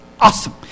awesome